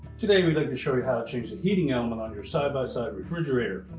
today, we'd like to show you how to change the heating element on your side by side refrigerator.